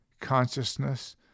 consciousness